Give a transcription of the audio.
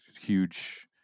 huge